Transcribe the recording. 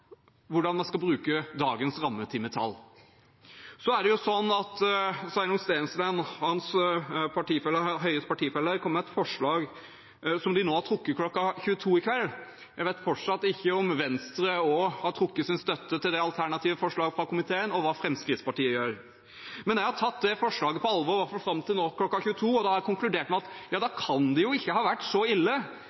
hvordan man skal bruke dagens rammetimetall. Så kom Sveinung Stensland og Høies partifeller med et forslag, som de nå har trukket, kl. 22 i kveld. Jeg vet fortsatt ikke om Venstre også har trukket sin støtte til det alternative forslaget fra komiteen, eller hva Fremskrittspartiet gjør. Men jeg har tatt det forslaget på alvor, i alle fall nå fram til kl. 22, og jeg har konkludert med at det da ikke kan ha vært så ille